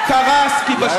של